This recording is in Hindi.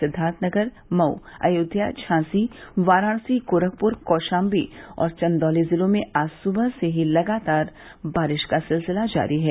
सिद्वार्थनगर मऊ अयोध्या झांसी वाराणसी गोरखपुर कौशाम्वी और चंदौली जिलों में आज सुबह से ही बारिश का सिलसिला जारी है